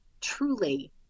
truly